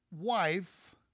wife